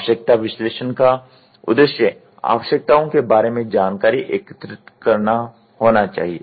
आवश्यकता विश्लेषण का उद्देश्य आवश्यकताओं के बारे में जानकारी एकत्र करना होना चाहिए